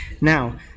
Now